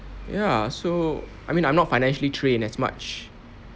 ya so I mean I'm not financially trained as much